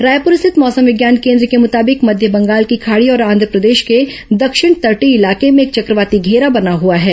रायपुर स्थित मौसम विज्ञान केन्द्र के मुताबिक मध्य बंगाल की खाड़ी और आंधप्रदेश के दक्षिण तटीय इलाके में एक चक्रवाती घेरा बना हुआ है